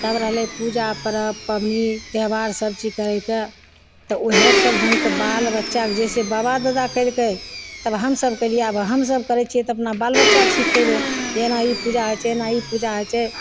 तब रहलय पूजा पर्व पबनी त्यौहार सब चीज करयके तऽ वएह सब ढङ्गके बाल बच्चाके जैसे बाबा दादा कयलकय तब हमसब कयलियै आब हमसब करय छियै तऽ अपना बाल बच्चा सिखेबय एना ई पूजा होइ छै एना ई पूजा होइ छै